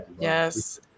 Yes